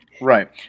Right